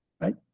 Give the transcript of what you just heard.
Right